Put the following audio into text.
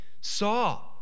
saw